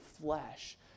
flesh